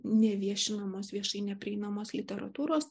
neviešinamos viešai neprieinamos literatūros